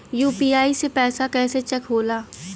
UPI से पैसा कैसे चेक होला?